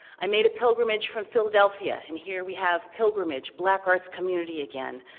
i made a pilgrimage from philadelphia, and here we have pilgrimage, black arts community, again,